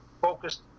focused